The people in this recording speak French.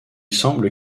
semble